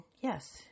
yes